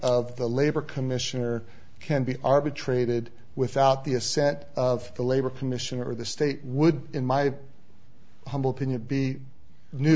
of the labor commissioner can be arbitrated without the assent of the labor commissioner the state would in my humble opinion be new